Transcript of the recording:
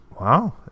Wow